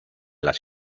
las